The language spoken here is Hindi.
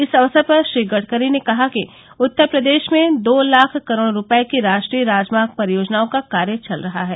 इस अवसर पर श्री गडकरी ने कहा कि उत्तर प्रदेश में दो लाख करोड रुपये की राष्ट्रीय राजमार्ग परियोजनाओं का कार्य चल रहा है